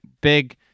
big